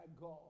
God